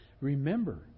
Remember